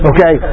Okay